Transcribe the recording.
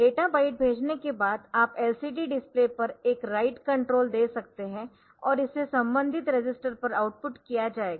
data byte भेजने के बाद आप LCD डिस्प्ले पर एक राइट कंट्रोल दे सकते है और इसे संबंधित रजिस्टर पर आउटपुट किया जाएगा